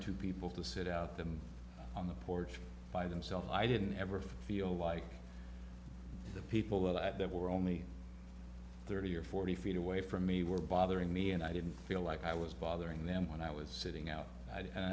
two people to sit out them on the porch by themselves i didn't ever feel like the people that there were only thirty or forty feet away from me were bothering me and i didn't feel like i was bothering them when i was sitting out